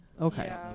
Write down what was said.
Okay